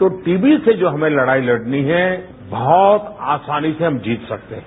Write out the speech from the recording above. तो टीवी से जो हमें लड़ाई लड़नी है बहुत आसानी से हम जीत सकते हैं